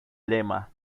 lema